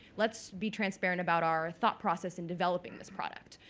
let's be transparent about our thought process in developing this products.